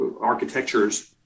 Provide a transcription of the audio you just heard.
architectures